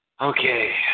Okay